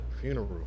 Funeral